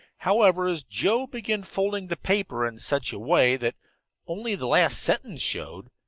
however, as joe began folding the paper in such a way that only the last sentence showed,